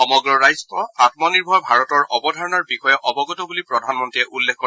সমগ্ৰ ৰট্ট আঘনিৰ্ভৰ ভাৰতৰ অৱধাৰণাৰ বিষয়ে অৱগত বুলি প্ৰধানমন্ত্ৰীয়ে উল্লেখ কৰে